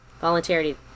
voluntarily